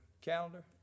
calendar